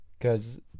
Cause